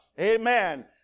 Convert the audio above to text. Amen